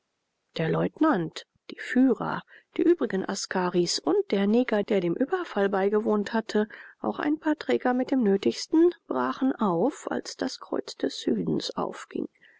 der leutnant die führer die übrigen askaris und der neger der dem überfall beigewohnt hatte auch ein paar träger mit dem nötigsten brachen auf als das kreuz des südens aufging